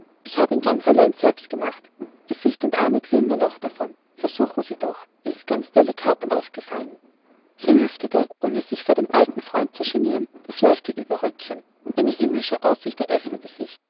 ich habe ihn ganz allein selbst gemacht gesicht und arme glühen mir noch davon versuchen sie doch er ist ganz delikat ausgefallen sie lüftete ohne sich vor dem alten freund zu genieren das leichte überröckchen eine himmlische aussicht öffnete sich